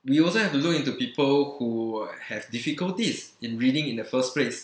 we also have to look into people who have difficulties in reading in the first place